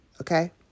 Okay